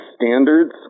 standards